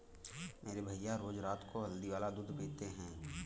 मेरे भैया रोज रात को हल्दी वाला दूध पीते हैं